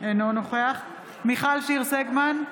אינו נוכח מיכל שיר סגמן,